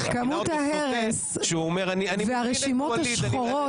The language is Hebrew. כמות הארס והרשימות השחורות,